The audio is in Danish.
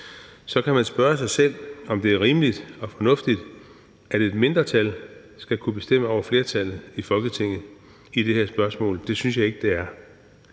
Så kan man spørge sig selv, om det er rimeligt og fornuftigt, at et mindretal skal kunne bestemme over flertallet i Folketinget i det her spørgsmål. Det synes jeg ikke det er.